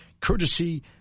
courtesy